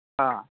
ꯑꯥ